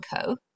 Co